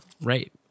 right